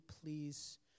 please